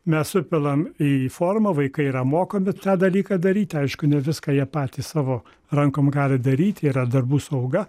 mes supilam į formą vaikai yra mokomi tą dalyką daryti aišku ne viską jie patys savo rankom gali daryti yra darbų sauga